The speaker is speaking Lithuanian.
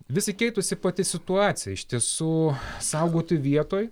pasikeitusi pati situacija iš tiesų saugoti vietoj